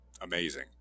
amazing